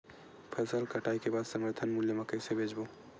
फसल कटाई के बाद समर्थन मूल्य मा कइसे बेचबो?